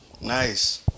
Nice